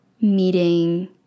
meeting